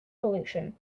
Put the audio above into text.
pollution